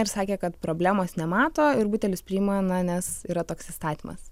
ir sakė kad problemos nemato ir butelius priima na nes yra toks įstatymas